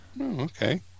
okay